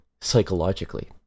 psychologically